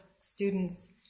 students